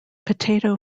potato